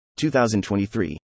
2023